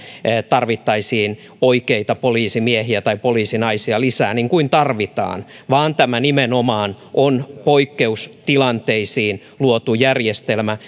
tarvittaisiin oikeita poliisimiehiä tai poliisinaisia lisää niin kuin tarvitaan vaan tämä on nimenomaan poikkeustilanteisiin luotu järjestelmä